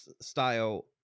style